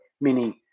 meaning